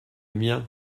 mien